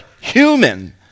human